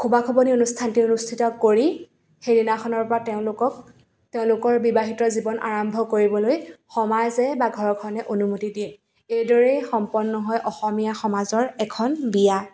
খুবা খুবুনী অনুষ্ঠানটি অনুষ্ঠিত কৰি সেইদিনাখনৰ পৰা তেওঁলোকক তেওঁলোকৰ বিবাহিত জীৱন আৰম্ভ কৰিবলৈ সমাজে বা ঘৰখনে অনুমতি দিয়ে এইদৰেই সম্পন্ন হয় অসমীয়া সমাজৰ এখন বিয়া